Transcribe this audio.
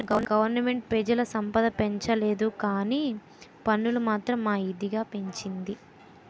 government పెజల సంపద పెంచలేదుకానీ పన్నులు మాత్రం మా ఇదిగా పెంచింది